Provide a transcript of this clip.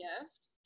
gift